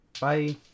Bye